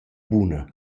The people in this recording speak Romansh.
buna